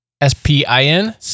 S-P-I-N